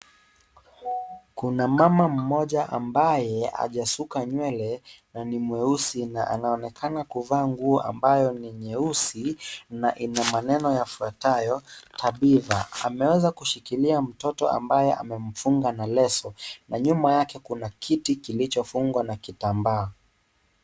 Kuna mama mmoja ambaye hajasuka nywele, na ni mweusi na anaonekana kuvaa nguo ambayo ni nyeusi, na ina maneno yafuatayo, Tabitha. Ameanza kushikilia mtoto ambaye amemfunga na leso, na nyuma yake kuna kiti kilichofungwa na kitambaa.